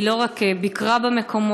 היא לא רק ביקרה במקומות,